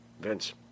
Vince